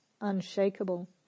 unshakable